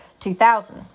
2000